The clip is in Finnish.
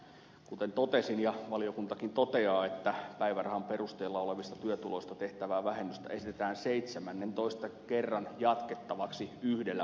kuten totesin ja valiokuntakin toteaa päivärahan perusteella olevista työtuloista tehtävää vähennystä esitetään seitsemännentoista kerran jatkettavaksi yhdellä vuodella